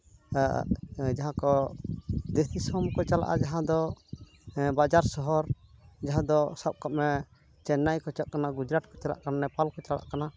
ᱡᱟᱦᱟᱸ ᱠᱚ ᱫᱮᱥ ᱫᱤᱥᱚᱢ ᱠᱚ ᱪᱟᱞᱟᱜᱼᱟ ᱡᱟᱦᱟᱸ ᱫᱚ ᱵᱟᱡᱟᱨ ᱥᱚᱦᱚᱨ ᱡᱟᱦᱟᱸ ᱫᱚ ᱥᱟᱵ ᱠᱟᱜ ᱢᱮ ᱪᱮᱱᱱᱟᱭ ᱠᱚ ᱪᱟᱜ ᱠᱟᱱᱟ ᱜᱩᱡᱨᱟᱴ ᱠᱚ ᱪᱟᱞᱟᱜ ᱠᱟᱱᱟ ᱢᱮᱯᱟᱞ ᱠᱚ ᱪᱟᱞᱟᱜ ᱠᱟᱱᱟ